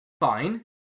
Fine